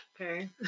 Okay